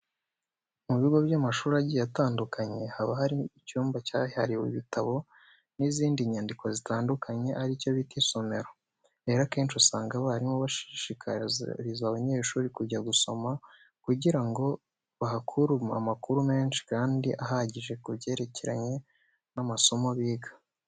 Mu bigo by'amashuri agiye atandukanye haba hari icyumba cyahariwe ibitabo n'izindi nyandiko zitandukanye ari cyo bita isomero. Rero akenshi usanga abarimu bashishikariza abanyeshuri kujya gusoma kugira ngo bahakure amakuru menshi kandi ahagije ku byerekeranye n'amasomo biga.